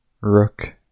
Rook